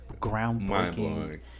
groundbreaking